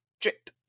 drip